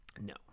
No